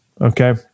Okay